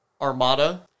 Armada